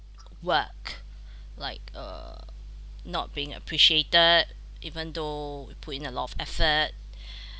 work like uh not being appreciated even though we put in a lot of effort